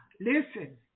Listen